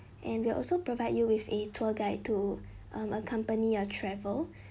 and we'll also provide you with a tour guide to um accompany your travel